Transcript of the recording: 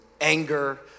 anger